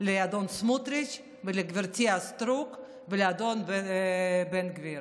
לאדון סמוטריץ', לגב' סטרוק ולאדון בן גביר,